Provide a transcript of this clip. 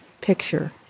picture